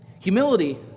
Humility